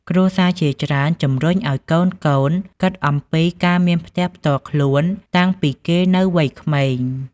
គ្រួសារជាច្រើនជម្រុញឱ្យកូនៗគីតអំពីការមានផ្ទះផ្ទាល់ខ្លួនតាំងពីគេនៅវ័យក្មេង។